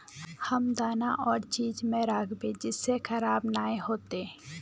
हम दाना कौन चीज में राखबे जिससे खराब नय होते?